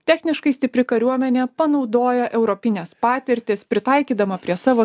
techniškai stipri kariuomenė panaudoja europines patirtis pritaikydama prie savo